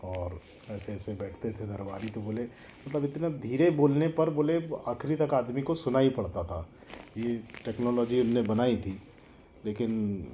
और ऐसे ऐसे बैठते थे दरबारी तो बोले मतलब इतने धीरे बोलने पर बोले आखरी तक आदमी को सुनाई पड़ता था ये टेक्नोलॉजी उनने बनाई थी लेकिन